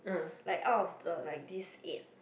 like out of the like these eight